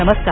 नमस्कार